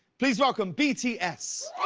please welcome bts!